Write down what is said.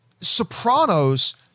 Sopranos